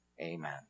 Amen